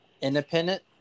Independent